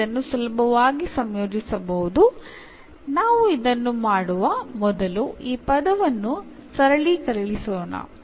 integrate ചെയ്യുന്നതിനുമുമ്പ് നമുക്ക് ഈ പദം ഒന്നുകൂടി ലളിതമാക്കാം